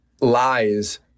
lies